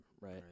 Right